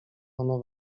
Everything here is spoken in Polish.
ono